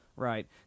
Right